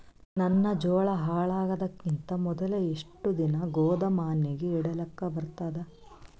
ನನ್ನ ಜೋಳಾ ಹಾಳಾಗದಕ್ಕಿಂತ ಮೊದಲೇ ಎಷ್ಟು ದಿನ ಗೊದಾಮನ್ಯಾಗ ಇಡಲಕ ಬರ್ತಾದ?